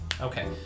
Okay